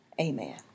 Amen